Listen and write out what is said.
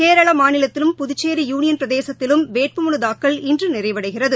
கேரளா மாநிலத்திலும் புதுச்சேி யுளியன் பிரதேசத்திலும் வேட்புமலு தாக்கல் இன்று நிறைவடைகிறது